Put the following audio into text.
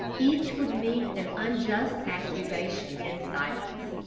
each would meet an unjust accusation in silence.